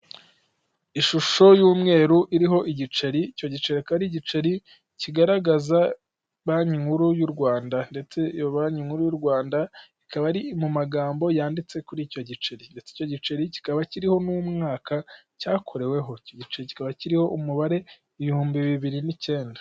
Ishusho y'umweru iriho igiceri, icyo gice ari igiceri kigaragaza banki nkuru y'u Rwanda ndetse iyo banki nkuru y'u Rwanda ikaba ari mu magambo yanditse kuri icyo giceri, kikaba kiriho n'umwaka cyakoreweho, kikaba kiriho umubare ibihumbi bibiri n'ikenda.